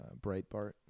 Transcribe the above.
Breitbart